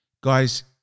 guys